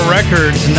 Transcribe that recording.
Records